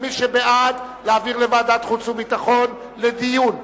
מי שבעד, זה להעביר לוועדת החוץ והביטחון לדיון.